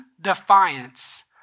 defiance